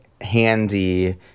handy